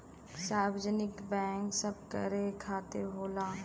सार्वजनिक बैंक सबकरे खातिर होला